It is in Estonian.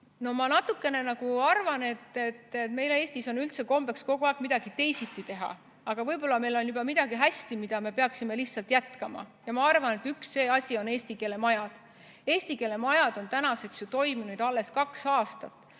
ma natukene kaldun arvama, et meil Eestis on üldse kombeks kogu aeg midagi teisiti teha. Aga võib-olla on juba midagi hästi, mida me peaksime lihtsalt jätkama. Ja ma arvan, et üks nendest asjadest on eesti keele majad. Eesti keele majad on ju toiminud alles kaks aastat,